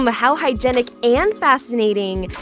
um how hygienic and fascinating!